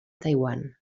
taiwan